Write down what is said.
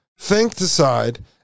think-decide